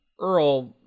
Earl